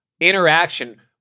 interaction